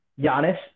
Giannis